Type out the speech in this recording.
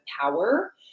power